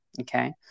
Okay